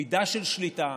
מידה של שליטה,